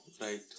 Right